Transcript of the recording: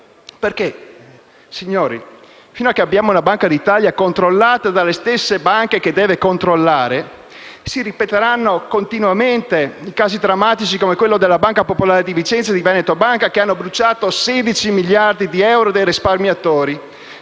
Consob. Signori, fin quando avremo una Banca d'Italia controllata dalle stesse banche che deve controllare, si ripeteranno continuamente i casi drammatici come quello della Banca Popolare di Vicenza e di Veneto Banca che hanno bruciato 16 miliardi di euro dei risparmiatori